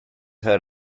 heard